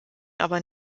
aber